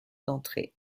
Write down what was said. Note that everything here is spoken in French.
d’entrée